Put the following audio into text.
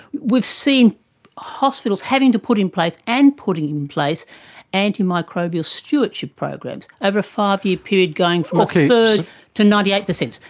we've seen hospitals having to put in place and putting in place antimicrobial stewardship programs over a five-year period, going from a third to ninety eight percent.